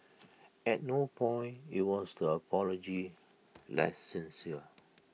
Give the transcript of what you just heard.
at no point we wants the apology less sincere